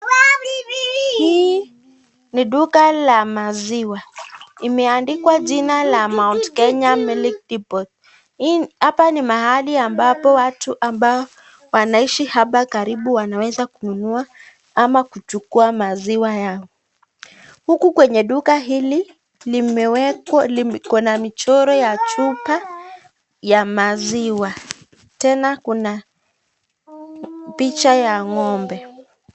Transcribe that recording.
Hii ni duka la maziwa, imeandikwa jina ya Mount Kenya milk depot, hapa ni mahali ambapo watu wanaishi hapa karibu wanaweza kununua ama kuchukua maziwa yao. Huku kwenye duka hili liko na michoro ya chupa ya maziwa, tena kuna picha ya ngombe.